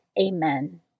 Amen